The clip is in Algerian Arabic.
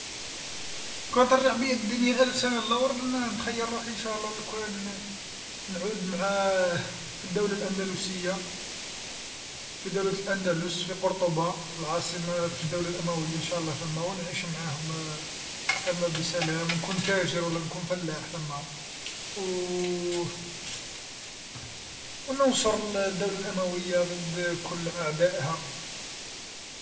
كون ترجع بيا الدنيا ألف سنة لور ن- نتخيل روحي ان شاء الله لو كان ن- نعود مع في الدولة الأندلسية، في دولة الأندلس في قرطبة في العاصمة الدولة الأموية ان شاء الله ثما ونعيش معاهم ثما بسلام ونكون تاجر ولا نكون فلاح ثما، وننصر الدولة أموية ضد كل أعداءها.